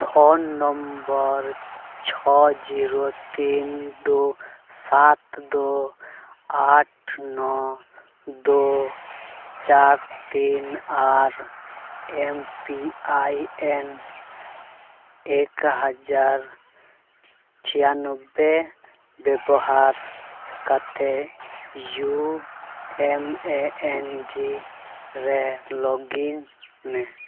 phone number ᱪᱷᱚ zero ᱛᱤᱱ ᱫᱩ ᱥᱟᱛ ᱫᱩ ᱟᱴ ᱱᱚ ᱫᱩ ᱪᱟᱨ ᱛᱤᱱ ᱟᱨ ᱮᱢ ᱯᱤ ᱟᱭ ᱮᱱ ᱮᱠ ᱦᱟᱦᱟᱨ ᱪᱷᱤᱭᱟᱱᱚᱵᱵᱳᱭ ᱵᱮᱵᱚᱦᱟᱨ ᱠᱟᱛᱮᱫ U E M N G ᱨᱮ ᱞᱚᱜᱽ ᱤᱱ ᱢᱮ